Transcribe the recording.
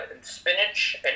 spinach